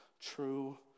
True